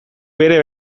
bere